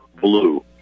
Blue